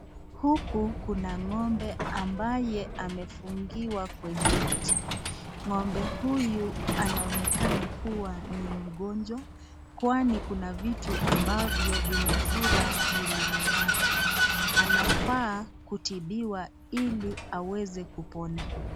Huku kuna ng'ombe ambaye amefungiwa kwenye mti, ng'ombe huyu anaonekana kuwa ni mgonjwa kwani kuna vitu ambavyo vimefura mwilini mwake, anafaa kutibiwa ili aweze kupona.